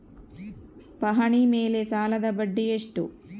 ಪಹಣಿ ಮೇಲೆ ಸಾಲದ ಬಡ್ಡಿ ಎಷ್ಟು?